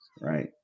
right